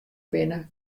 binne